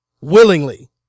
Willingly